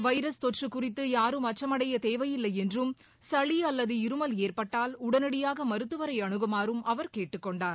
virus தொற்று குறித்து யாரும் அச்சமடைய தேவையில்லை என்றும் சளி அல்லது இருமல் ஏற்பட்டால் உடனடியாக மருத்துவரை அணுகுமாறும் அவர் கேட்டுக் கொண்டார்